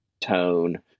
tone